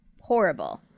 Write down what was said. Horrible